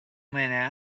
man